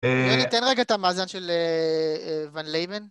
יוני תן רגע את המאזן של ואן לייבן